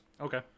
Okay